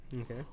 Okay